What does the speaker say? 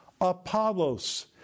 Apollos